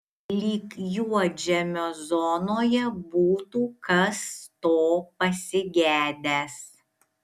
lyg juodžemio zonoje būtų kas to pasigedęs